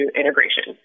integration